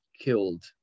killed